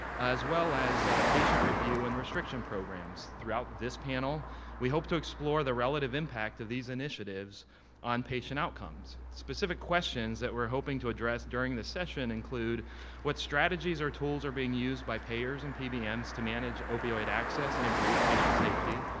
as well as patient review and restriction programs. throughout this panel we hope to explore the relative impact of these initiatives on patient outcomes. specific questions that we're hoping to address during this session include what strategies or tools are being used by payers and pbms and to manage opioid access and improve patient safety?